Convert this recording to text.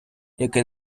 який